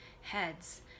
heads